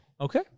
Okay